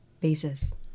basis